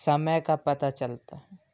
سمے کا پتہ چلتا